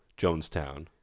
Jonestown